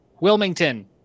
Wilmington